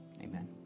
Amen